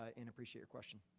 ah and appreciate your question.